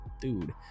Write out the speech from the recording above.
dude